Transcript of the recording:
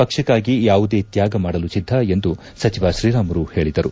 ಪಕ್ಷಕ್ಕಾಗಿ ಯಾವುದೇ ತ್ಯಾಗ ಮಾಡಲು ಸಿದ್ದ ಎಂದು ಸಚಿವ ಶ್ರೀರಾಮುಲು ಹೇಳಿದರು